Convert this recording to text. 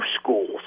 schools